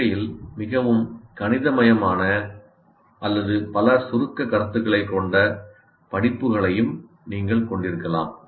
இயற்கையில் மிகவும் கணிதமயமான மற்றும் அல்லது பல சுருக்கக் கருத்துகளைக் கொண்ட படிப்புகளையும் நீங்கள் கொண்டிருக்கலாம்